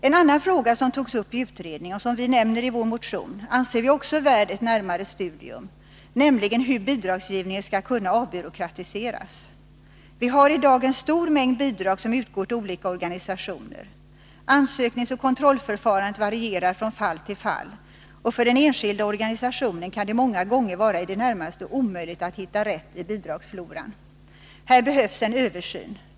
En annan fråga som togs upp i utredningen och som vi nämner i vår motion anser vi också värd ett närmare studium, nämligen hur bidragsgivningen skall kunna avbyråkratiseras. Vi har i dag en stor mängd bidrag som utgår till olika organisationer. Ansökningsoch kontrollförfarandet varierar från fall till fall, och för den enskilda organisationen kan det många gånger vara i det närmaste omöjligt att hitta rätt i bidragsfloran. Här behövs en översyn.